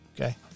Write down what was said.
okay